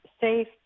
safe